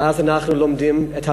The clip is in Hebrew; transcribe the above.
ואז אנחנו לומדים את התורה,